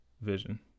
vision